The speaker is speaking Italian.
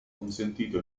consentito